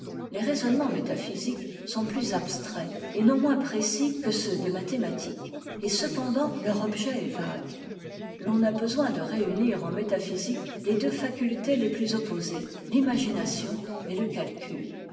les raisonnements métaphysiques sont ptut abstraits et non moins précis que ceux des mathématiques et cependant leur objet est vague l'on a besoin de réunir en métaphysique les deux facultés les plus opposées l'imagination et le calcul